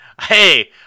Hey